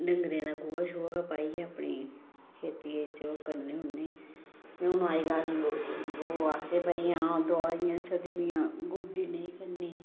डंगरें दा गोहा शोआ गै पाइयै अपनी खेतियै च ओह् करने होन्ने हून अज्जकल लोक ओह् आखदे दुआइयां चली दियां गोड्डी नेईं करनी